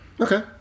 Okay